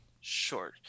Sure